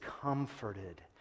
comforted